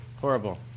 Horrible